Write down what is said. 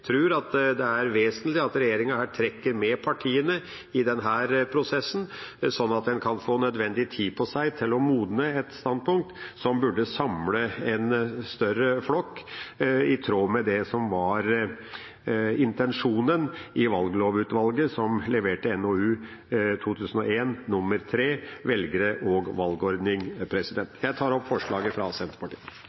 at det er vesentlig at regjeringa her trekker partiene med i denne prosessen, sånn at en kan få nødvendig tid på seg til å modne et standpunkt som burde samle en større flokk, i tråd med det som var intensjonen i valglovutvalget som leverte NOU 2001: 03, Velgere, valgordning, valgte. Jeg tar opp forslaget fra Senterpartiet.